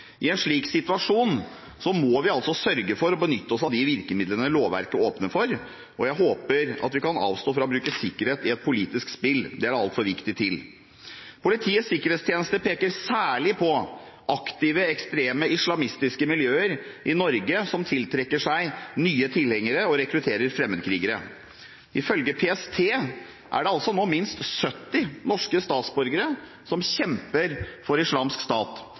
I en slik situasjon må vi sørge for å benytte oss av de virkemidlene lovverket åpner for. Jeg håper vi kan avstå fra å bruke sikkerhet i et politisk spill. Det er det altfor viktig til. Politiets sikkerhetstjeneste peker særlig på aktive ekstreme islamistiske miljøer i Norge som tiltrekker seg nye tilhengere og rekrutterer fremmedkrigere. Ifølge PST er det altså nå minst 70 norske statsborgere som kjemper for Islamsk Stat,